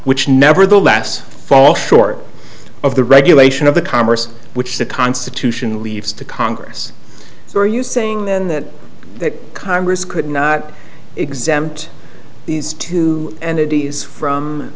which nevertheless falls short of the regulation of the commerce which the constitution leaves to congress so are you saying then that congress could not exempt these two entities from